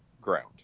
ground